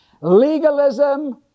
Legalism